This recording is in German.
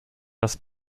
das